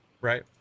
right